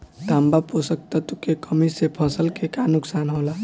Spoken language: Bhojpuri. तांबा पोषक तत्व के कमी से फसल के का नुकसान होला?